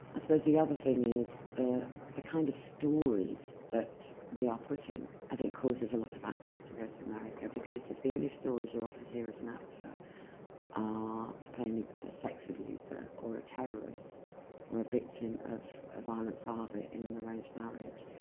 i suppose the other thing is the the kind of stories that we are put in i think causes a lot of actors to go to america because if the only stories you're offered here as an actor are to play a a sex abuser or a terrorist or a victim of a violent father in an arranged marriage,